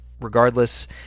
Regardless